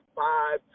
five